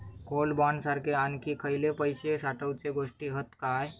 Gold bond सारखे आणखी खयले पैशे साठवूचे गोष्टी हत काय?